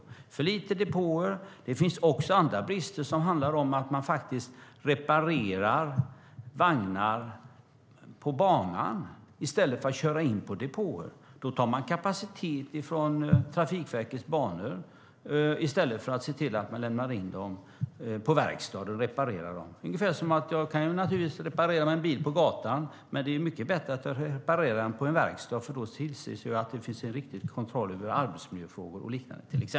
Det finns för lite depåer, och det finns också andra brister, som handlar om att man reparerar vagnar på banan i stället för att köra in på depåer. Då tar man kapacitet från Trafikverkets banor, i stället för att se till att man lämnar in vagnarna på verkstad och reparerar dem där. Jag kan naturligtvis reparera min bil på gatan, men det är mycket bättre att jag reparerar den på en verkstad, för då ser man ju till exempel till att det finns en riktig kontroll av arbetsmiljöfrågor och liknande.